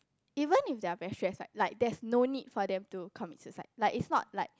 even if they are very stress right like there's no need for them to commit suicide like is not like